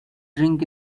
drink